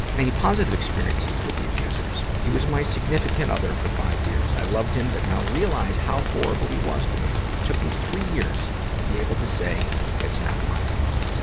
and positive experiences with the abusers? he was my significant other for five years. i loved him, but now realize how horrible he was to me. took me three years to be able to say it's not my fault.